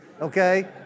Okay